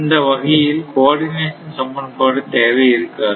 இந்த வகையில் கோஆர்டிநேசன் சமன்பாடு தேவை இருக்காது